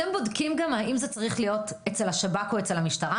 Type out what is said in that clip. אתם בודקים גם האם זה צריך להיות אצל השב"כ או אצל המשטרה?